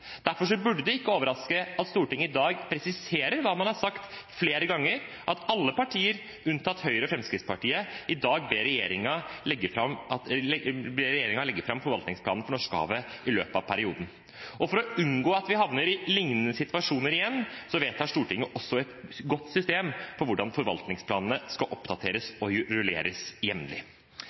Derfor burde det ikke overraske at Stortinget i dag presiserer hva man har sagt flere ganger, at alle partier, unntatt Høyre og Fremskrittspartiet, i dag ber regjeringen legge fram forvaltningsplanen for Norskehavet i løpet av perioden. For å unngå at vi havner i lignende situasjoner igjen, vedtar Stortinget også et godt system for hvordan forvaltningsplanene skal oppdateres og rullere jevnlig.